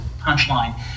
punchline